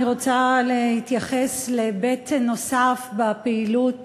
אני רוצה להתייחס להיבט נוסף בפעילות